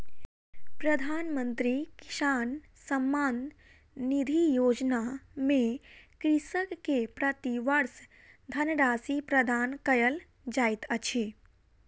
प्रधानमंत्री किसान सम्मान निधि योजना में कृषक के प्रति वर्ष धनराशि प्रदान कयल जाइत अछि